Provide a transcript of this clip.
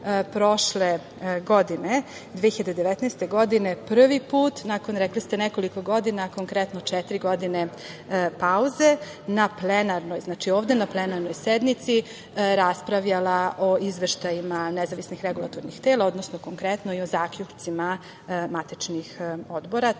prošle godine 2019. prvi put, nakon, rekli ste, nekoliko godina, konkretno četiri godine pauze, na plenarnoj, ovde na plenarnoj sednici, raspravljala o izveštajima nezavisnih regulatornih tela. Konkretno, i o zaključcima matičnih odbora.